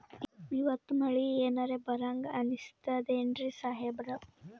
ಇವತ್ತ ಮಳಿ ಎನರೆ ಬರಹಂಗ ಅನಿಸ್ತದೆನ್ರಿ ಸಾಹೇಬರ?